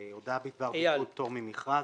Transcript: הודעה בדבר ביטול פטור ממכרז.